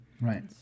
Right